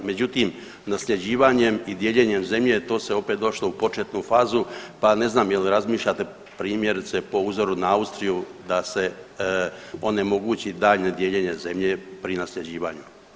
Međutim, nasljeđivanjem i dijeljenjem zemlje to se opet došlo u početnu fazu, pa ne znam je li razmišljate primjerice po uzoru na Austriju da se onemogući daljnje dijeljenje zemlje pri nasljeđivanju?